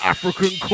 African